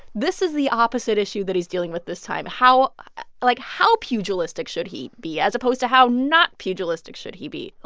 this is the opposite issue that he's dealing with this time. how like, how pugilistic should he be as opposed to how not pugilistic should he be? ah